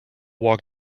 walk